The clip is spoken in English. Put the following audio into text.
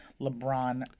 LeBron